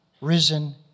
risen